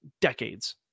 decades